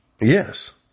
yes